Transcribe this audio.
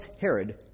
Herod